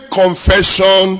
confession